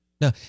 No